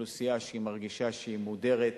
שאוכלוסייה שמרגישה שהיא מודרת